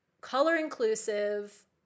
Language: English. color-inclusive